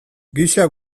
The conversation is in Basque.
gisa